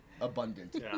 abundant